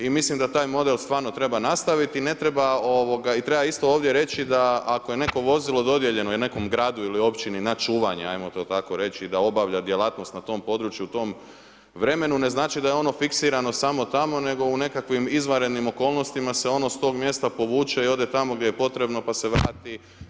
I mislim da taj model stvarno treba nastaviti i ne treba, i treba isto ovdje reći da ako je neko vozilo dodijeljeno i nekom gradu ili općini na čuvanje ajmo to tako reći da obavlja djelatnost na tom području u tom vremenu ne znači da je ono fiksirano samo tamo nego u nekakvim izvanrednim okolnostima se ono s tog mjesta povuče i ode tamo gdje je potrebno pa se vrati.